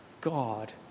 God